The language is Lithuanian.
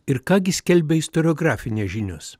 ir ką gi skelbia istoriografinė žinios